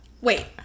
Wait